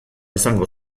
izango